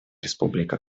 республика